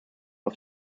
auf